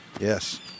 Yes